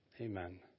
Amen